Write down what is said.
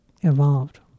evolved